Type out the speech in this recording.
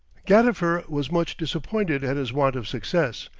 gadifer was much disappointed at his want of success,